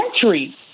country